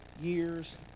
years